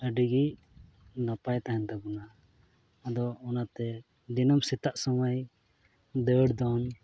ᱟᱹᱰᱤᱜᱮ ᱱᱟᱯᱟᱭ ᱛᱟᱦᱮᱱ ᱛᱟᱵᱳᱱᱟ ᱟᱫᱚ ᱚᱱᱟᱛᱮ ᱫᱤᱱᱟᱹᱢ ᱥᱮᱛᱟᱜ ᱥᱚᱢᱚᱭ ᱫᱟᱹᱲ ᱫᱚᱱ